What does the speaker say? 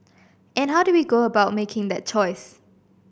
and how do we go about making that choice